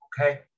okay